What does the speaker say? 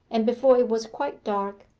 and before it was quite dark,